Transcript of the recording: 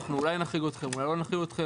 אולי אנחנו נחריג אתכם ואולי לא נחריג אתכם"